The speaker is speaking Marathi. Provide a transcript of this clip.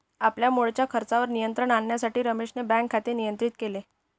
आपल्या मुळच्या खर्चावर नियंत्रण आणण्यासाठी रमेशने बँक खाते नियंत्रित केले